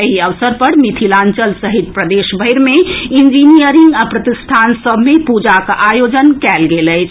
एहि अवसर पर मिथिलांचल सहित प्रदेशभरि मे इंजीनियरिंग प्रतिष्ठान सभ मे पूजाक आयोजन कयल गेल अछि